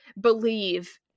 believe